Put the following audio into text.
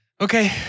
Okay